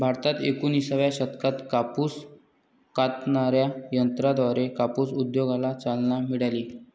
भारतात एकोणिसाव्या शतकात कापूस कातणाऱ्या यंत्राद्वारे कापूस उद्योगाला चालना मिळाली